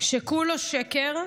שכולו שקר,